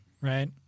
right